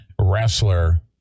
wrestler